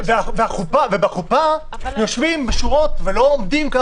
בחופה יושבים בשורות ולא עומדים.